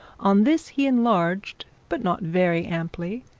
on this he enlarged, but not very amply,